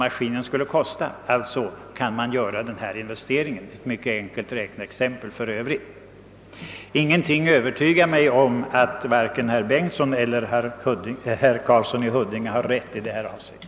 Under sådana förhållanden skulle alltså företaget kunna göra den här investeringen. Det är, herr Bengtsson, ett mycket enkelt räkneexempel. Ingenting övertygar mig om att vare sig herr Bengtsson eller herr Karlsson i Huddinge har rätt på den här punkten.